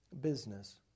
business